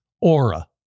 Aura